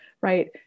right